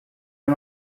are